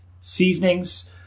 seasonings